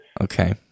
okay